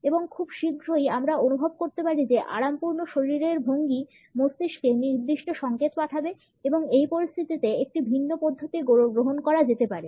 এবং খুব শীঘ্রই আমরা অনুভব করতে পারি যে আরামপূর্ণ শরীরের ভঙ্গি মস্তিষ্কে নির্দিষ্ট সংকেত পাঠাবে এবং এই পরিস্থিতিতে একটি ভিন্ন পদ্ধতি গ্রহণ করা যেতে পারে